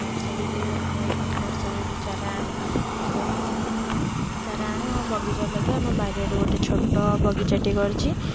ନର୍ସରୀରୁ ଆମ ଏଇ ପାଖ ନର୍ସରୀରୁ ଚାରା ଆଣେ ଏବଂ ଆମ ଚାରା ଆଣି ଆମ ବଗିଚାରେ ଲଗେଇ ଆମ ବାରିଆଡ଼େ ଗୋଟେ ଛୋଟ ବଗିଚାଟିଏ କରିଛି